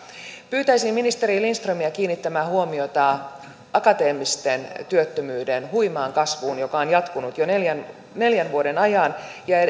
pyytäisin ministeri lindströmiä kiinnittämään huomiota akateemisten työttömyyden huimaan kasvuun joka on jatkunut jo neljän neljän vuoden ajan